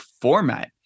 format